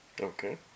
Okay